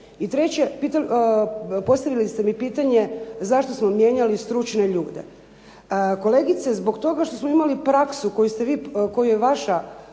I treće, postavili ste mi pitanje zašto smo mijenjali stručne ljude. Kolegice, zbog toga što smo imali praksu koju je vaša